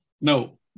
No